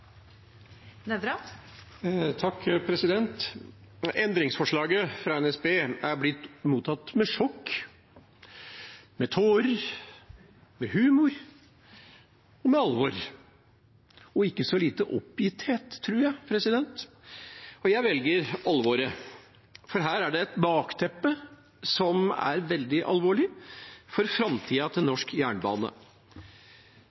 blitt mottatt med sjokk, med tårer, med humor og med alvor – og ikke så lite oppgitthet, tror jeg. Jeg velger alvoret, for her er det et bakteppe som er veldig alvorlig for framtida til